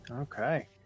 Okay